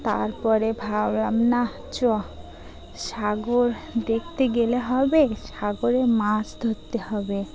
তারপরে ভাবলাম নাহ চ সাগর দেখতে গেলে হবে সাগরে মাছ ধরতে হবে